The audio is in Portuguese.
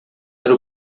era